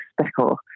speckle